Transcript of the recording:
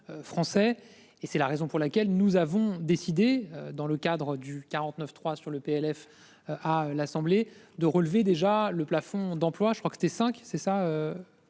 et c'est la raison pour laquelle nous avons décidé dans le cadre du 49.3 sur le PLF. À l'Assemblée de relever déjà le plafond d'emplois. Je crois que c'était cinq c'est ça.